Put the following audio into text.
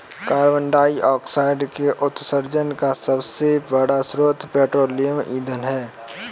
carbon dioxide के उत्सर्जन का सबसे बड़ा स्रोत पेट्रोलियम ईंधन है